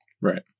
right